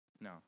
No